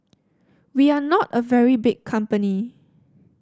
we are not a very big company